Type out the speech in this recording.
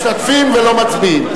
משתתפים ולא מצביעים.